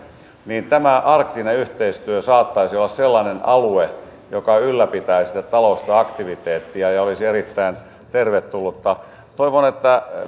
niin tämä arktinen yhteistyö saattaisi olla sellainen alue joka ylläpitäisi sitä taloudellista aktiviteettia ja olisi erittäin tervetullutta toivon että